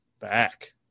back